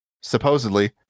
supposedly